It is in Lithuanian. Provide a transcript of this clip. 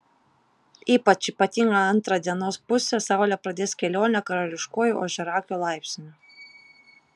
ypač ypatinga antra dienos pusė saulė pradės kelionę karališkuoju ožiaragio laipsniu